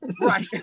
Right